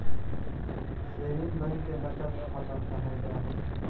saving bank के बचत खाता कहल जा हइ